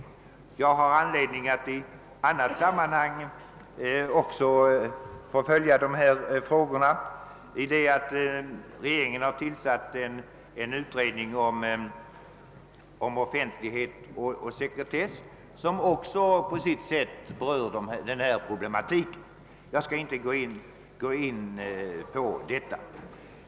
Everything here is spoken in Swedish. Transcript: Jag har också i annat sammanhang tillfälle att följa de här frågorna, i det att regeringen har tillsatt en utredning om offentlighet och sekretess, som också i viss mån berör denna problematik. Jag skall emellertid inte gå in på detta.